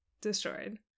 destroyed